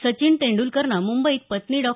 सचिन तेंडलकरनं मंबईत पत्नी डॉ